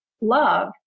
love